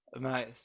Nice